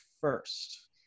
first